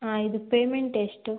ಹಾಂ ಇದು ಪೇಮೆಂಟ್ ಎಷ್ಟು